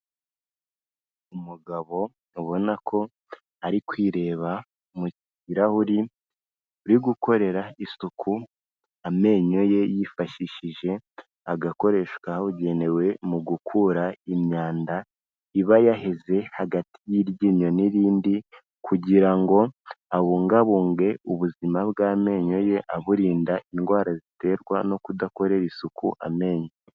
Umugabo ubona ko ari kwireba mu kirarahuri, uri gukorera isuku amenyo ye yifashishije agakoresho kabugenewe, mu gukura imyanda, iba yaheze hagati y'iryinyo n'irindi kugira ngo abungabunge ubuzima bw'amenyo ye aburinda indwara ziterwa no kudakorera isuku amenyo.